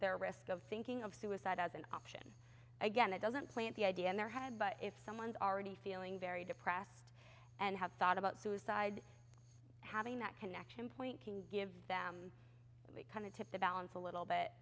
their risk of thinking of suicide as an option again it doesn't plant the idea in their head but if someone's already feeling very depressed and have thought about suicide having that connection point can gives them a kind of tip the balance a little bit